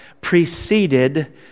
preceded